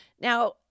Now